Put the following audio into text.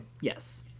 Yes